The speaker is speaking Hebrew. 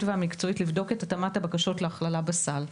והמקצועית לבדוק את התאמת הבקשות להכללה בסל.